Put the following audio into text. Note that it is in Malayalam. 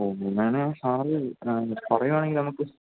ഓ അങ്ങനാണേൽ സാറ് പറയുകയാണെങ്കിൽ നമുക്ക്